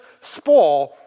spoil